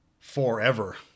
Forever